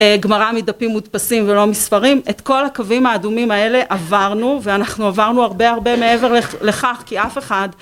גמרא מדפים מודפסים ולא מספרים. את כל הקווים האדומים האלה עברנו ואנחנו עברנו הרבה הרבה מעבר לכך כי אף אחד...